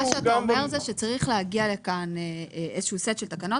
מה שאתה אומר שצריך להגיע לכאן סט של תקנות